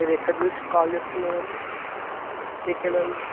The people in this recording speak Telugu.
మీరు ఎక్కడ చూసి కాల్ చేస్తున్నారు అండి ఎక్కడ అండి